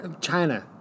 China